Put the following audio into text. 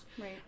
Right